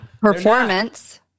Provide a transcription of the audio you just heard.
performance